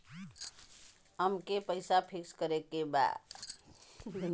अमके पैसा फिक्स करे के बा?